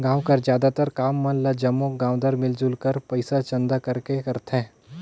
गाँव कर जादातर काम मन ल जम्मो गाँवदार मिलजुल कर पइसा चंदा करके करथे